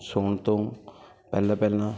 ਸੌਣ ਤੋਂ ਪਹਿਲਾਂ ਪਹਿਲਾਂ